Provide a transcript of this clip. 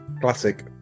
Classic